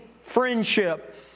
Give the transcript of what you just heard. friendship